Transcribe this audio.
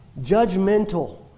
Judgmental